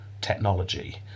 technology